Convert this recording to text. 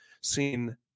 seen